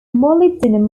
molybdenum